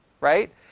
right